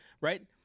right